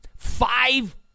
Five